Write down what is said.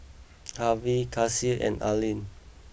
Harvie Kacie and Arlyn